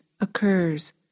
occurs